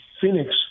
Phoenix